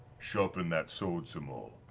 sharpened that sword some more,